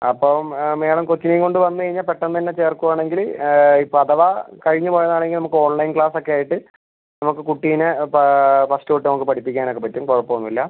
അപ്പം മേഡം കൊച്ചിനെയും കൊണ്ട് വന്ന് കഴിഞ്ഞാൽ പെട്ടെന്നുതന്നെ ചേർക്കുവാണെങ്കിൽ ഇപ്പം അഥവാ കഴിഞ്ഞ് പോയത് ആണെങ്കിൽ നമുക്ക് ഓൺലൈൻ ക്ലാസ്സ് ഒക്കെ ആയിട്ട് നമുക്ക് കുട്ടീനെ ഫസ്റ്റ് തൊട്ട് നമുക്ക് പഠിപ്പിക്കാൻ ഒക്കെ പറ്റും കുഴപ്പം ഒന്നും ഇല്ല